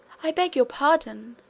i beg your pardon,